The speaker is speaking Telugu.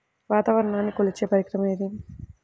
వాతావరణాన్ని కొలిచే పరికరం ఏది?